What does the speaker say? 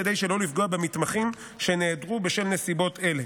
כדי שלא לפגוע במתמחים שנעדרו בשל נסיבות אלה.